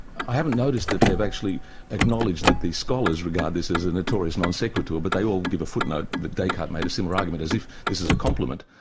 i haven't noticed that they've actually acknowledged that the scholars regard this as a notorious non sequitur, but they all give a footnote that descartes made a similar argument as if this is a compliment,